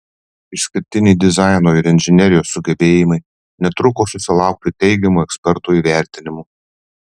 išskirtiniai dizaino ir inžinerijos sugebėjimai netruko susilaukti teigiamų ekspertų įvertinimų